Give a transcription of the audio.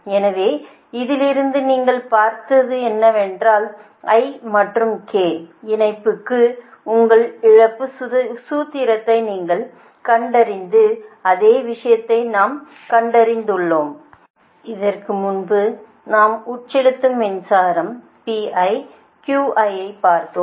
எனவே இதிலிருந்து நீங்கள் பார்த்தது என்னவென்றால் I மற்றும் k இணைப்புக்கு உங்கள் இழப்பு சூத்திரத்தை நீங்கள் கண்டறிந்த அதே விஷயத்தை நாம் கண்டறிந்துள்ளோம் இதற்கு முன்பு நாம் உட்செலுத்தும் மின்சாரம் Pi Qi ஐ பார்த்தோம்